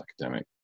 academic